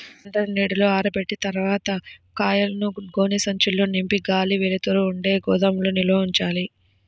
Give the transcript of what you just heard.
పంటని నీడలో ఆరబెట్టిన తర్వాత కాయలను గోనె సంచుల్లో నింపి గాలి, వెలుతురు ఉండే గోదాముల్లో నిల్వ ఉంచాలి